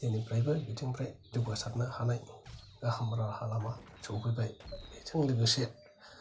जेनिफ्रायबो बिथिंनिप्राय जौगासारनो हानाय गाहाम राहा लामा सौफैबाय बेजों लोगोसे